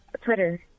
Twitter